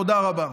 תודה רבה.